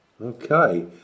Okay